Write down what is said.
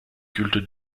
culte